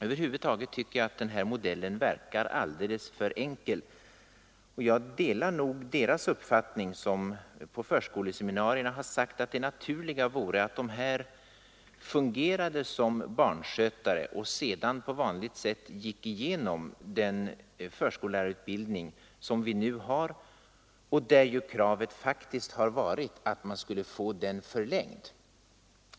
Över huvud taget tycker jag att den här modellen verkar alldeles för enkel, och jag delar deras uppfattning som på förskoleseminarierna har sagt att det naturliga vore att de här eleverna fungerade som barnskötare och sedan på vanligt sätt gick genom den förskollärarutbildning som vi nu har och där ju kravet faktiskt har varit att man skulle få utbildningen förlängd.